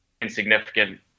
insignificant